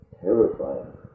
Terrifying